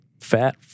Fat